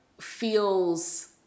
feels